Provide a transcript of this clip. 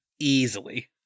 Easily